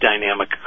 dynamic